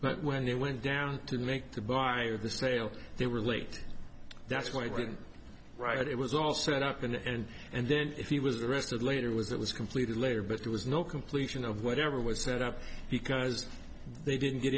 but when they went down to make to buy the sale they were late that's why i didn't write it was all set up in the end and then if he was arrested later was it was completed later but there was no completion of whatever was set up because they didn't get